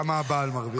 וכמה הבעל מרוויח?